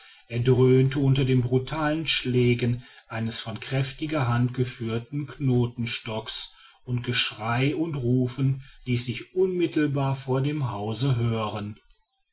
erdröhnte unter den brutalen schlägen eines von kräftiger hand geführten knotenstocks und geschrei und rufen ließ sich unmittelbar vor dem hause hören